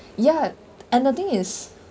ya and the thing is